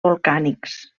volcànics